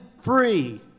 free